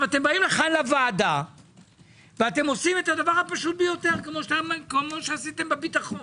אתם באים לכאן לוועדה ועושים את הדבר הפשוט ביותר כפי שעשיתם בביטחון.